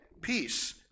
peace